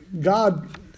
God